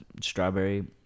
strawberry